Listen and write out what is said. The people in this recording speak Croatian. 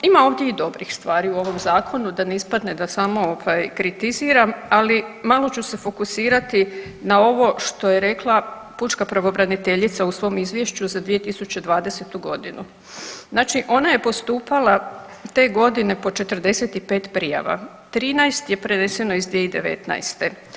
Ima ovdje i dobrih stvari u ovom zakonu, da ne ispadne da samo kritiziram, ali malo ću se fokusirati na ovo što je rekla pučka pravobraniteljica u svom izvješću za 2020.g. Znači ona je postupala te godine po 45 prijava, 13 je preneseno iz 2019.